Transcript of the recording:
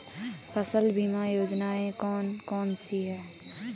फसल बीमा योजनाएँ कौन कौनसी हैं?